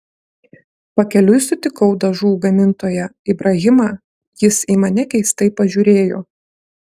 pakeliui sutikau dažų gamintoją ibrahimą jis į mane keistai pažiūrėjo